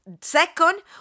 Second